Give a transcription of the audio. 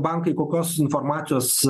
bankai kokios informacijos